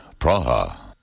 Praha